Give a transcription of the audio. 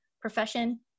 profession